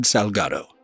Salgado